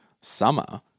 summer